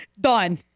Done